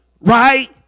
right